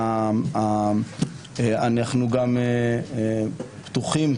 אנו גם פתוחים,